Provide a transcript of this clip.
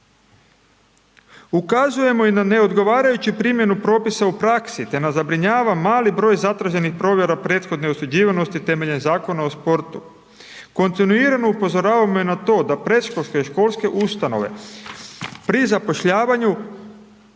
Ukazujemo i na neodgovarajuću primjenu propisa u praksi te nas zabrinjava mali broj zatraženih provjera prethodne osuđivanosti temeljem Zakona o sportu. Kontinuirano upozoravamo i na to da predškolske i školske ustanove pri zapošljavanju